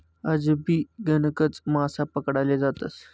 आजबी गणकच मासा पकडाले जातस